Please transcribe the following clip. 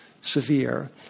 severe